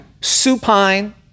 supine